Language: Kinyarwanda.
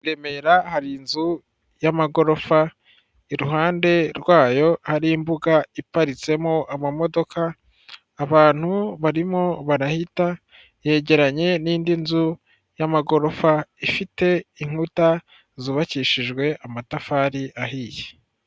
Remera hari inzu y'amagorofa iruhande rwayo hari imbuga iparitsemo amamodoka, abantu barimo barahita yegeranye n'indi nzu y'amagorofa ifite inkuta zubakishijwe amatafari ahiye.